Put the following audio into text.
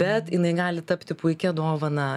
bet jinai gali tapti puikia dovana